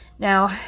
Now